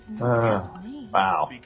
Wow